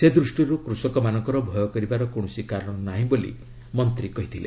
ସେ ଦୃଷ୍ଟିରୁ କୃଷକମାନଙ୍କର ଭୟ କରିବାର କୌଣସି କାରଣ ନାହିଁ ବୋଲି ମନ୍ତ୍ରୀ କହିଥିଲେ